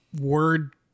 word